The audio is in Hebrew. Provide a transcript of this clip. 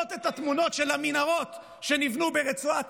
ולראות את התמונות של המנהרות שנבנו ברצועת